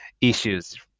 issues